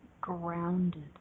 grounded